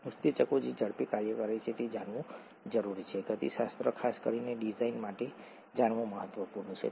ઉત્સેચકો જે ઝડપે કાર્ય કરે છે તે જાણવું જરૂરી છે ગતિશાસ્ત્ર ખાસ કરીને ડિઝાઇનઆકૃત્તિ માટે જાણવું મહત્વપૂર્ણ છે